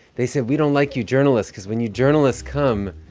they said, we don't like you journalists because when you journalists come.